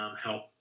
help